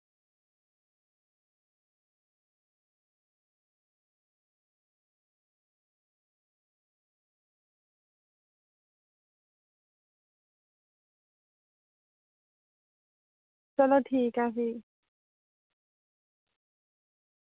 चलो ठीक ऐ फ्ही